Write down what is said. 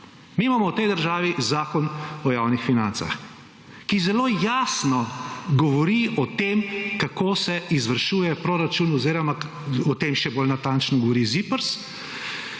Mi imamo v tej dvorani Zakon o javnih financah, ki zelo jasno govori o tem, kako se izvršuje proračun oziroma o tem še bolj natančno govori ZIPRS,